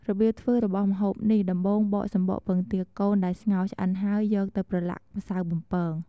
របៀបធ្វើរបស់ម្ហូបនេះ ដំបូងបកសំបកពងទាកូនដែលស្ងោរឆ្អិនហើយ យកទៅប្រឡាក់ម្សៅបំពង។